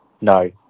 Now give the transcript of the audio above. No